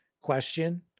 question